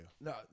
No